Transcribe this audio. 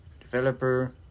developer